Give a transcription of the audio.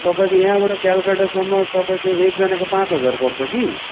तपाईँको यहाँबाट कलकत्तासम्म तपाईँको एकजनाको पाँच हजार पर्छ कि